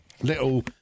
little